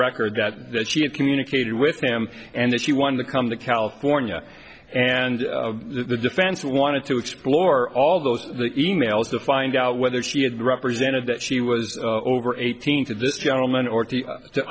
record that that she had communicated with him and that she wanted to come to california and the defense wanted to explore all those e mails to find out whether she had represented that she was over eighteen to this gentleman or to